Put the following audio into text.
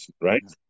right